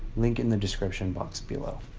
link in the description box below.